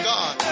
God